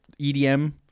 EDM